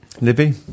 Libby